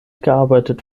gearbeitet